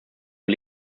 und